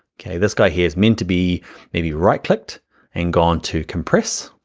okay? this guy here is meant to be maybe right-clicked and gone to compress,